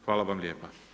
Hvala vam lijepa.